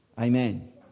amen